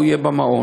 הוא יהיה במעון.